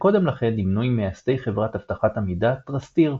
שקודם לכן נמנו עם מייסדי חברת אבטחת המידע "טראסטיר".